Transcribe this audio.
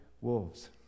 wolves